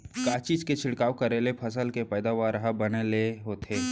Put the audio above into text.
का चीज के छिड़काव करें ले फसल के पैदावार ह बने ले होथे?